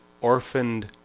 orphaned